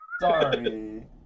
Sorry